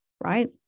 right